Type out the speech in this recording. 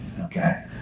okay